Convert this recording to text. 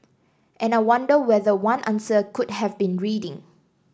and I wonder whether one answer could have been reading